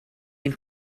ein